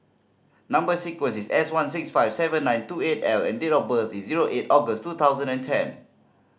number sequence is S one six five seven nine two eight L and date of birth is zero eight August two thousand and ten